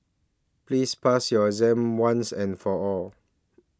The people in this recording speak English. please pass your exam once and for all